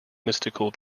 mystical